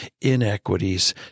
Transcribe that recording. inequities